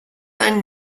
ein